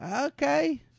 Okay